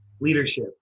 leadership